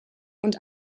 und